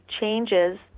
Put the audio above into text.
changes